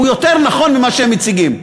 הוא יותר נכון ממה שהם מציגים.